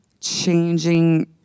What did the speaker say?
changing